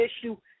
issue